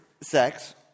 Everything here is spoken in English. sex